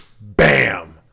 bam